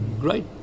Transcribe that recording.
great